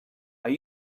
are